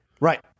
right